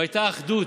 אבל הייתה אחדות,